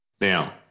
Now